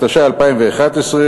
התשע"א 2011,